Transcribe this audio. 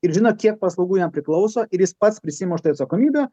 ir žino kiek paslaugų jam priklauso ir jis pats prisiima už tai atsakomybę